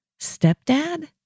stepdad